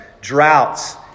droughts